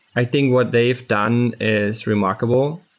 i think what they've done is remarkable.